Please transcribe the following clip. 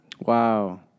Wow